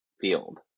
field